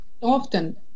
often